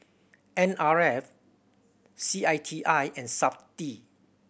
N R F C I T I and Safti